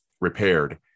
repaired